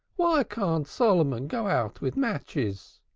why can't solomon go out with matches?